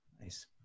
Nice